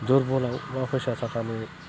दुरबलाव बा फैसा थाखानि